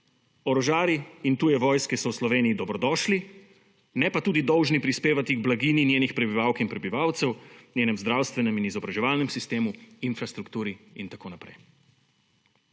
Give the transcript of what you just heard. Orožarji in tuje vojske so v Sloveniji dobrodošli, ne pa tudi dolžni prispevati k blaginji njenih prebivalk in prebivalcev, v njenem zdravstvenem in izobraževalnem sistemu, infrastrukturi, itn.